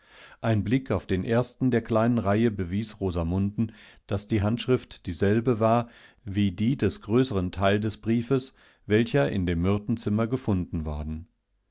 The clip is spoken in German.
ein blick auf den ersten der kleinen reihe bewies rosamunden daß die handschrift dieselbe war wie die des größern teils des briefes welcher in dem myrtenzimmer gefundenworden